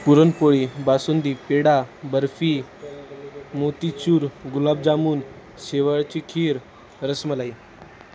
पुरणपोळी बासुंदी पेढा बर्फी मोतीचूर गुलाबजामून शेवयाची खीर रसमलाई